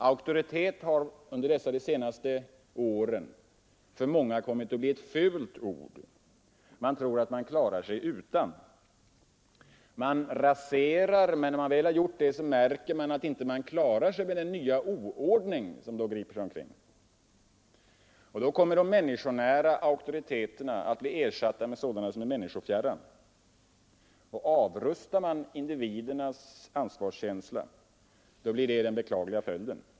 Auktoritet har under de senaste åren för många kommit att bli ett fult ord. Man tror att man klarar sig utan. Man raserar, men när man väl gjort det märker man att man inte klarar sig med den nya oordning som då griper omkring sig. Då kommer de människonära auktoriteterna att bli ersatta med sådana som är människofjärran. Avrustar man individernas ansvarskänsla blir det den beklagliga följden.